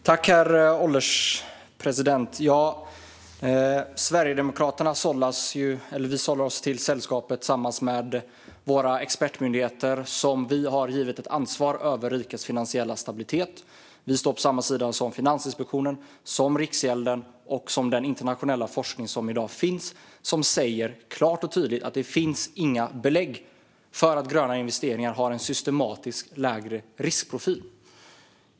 Herr ålderspresident! Sverigedemokraterna sällar sig till de expertmyndigheter som har givits ansvar över rikets finansiella stabilitet. Vi står på samma sida som Finansinspektionen, Riksgälden och den internationella forskningen, som klart och tydligt säger att det inte finns några belägg för att gröna investeringar har en systematiskt lägre riskprofil.